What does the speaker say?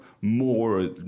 more